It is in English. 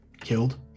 killed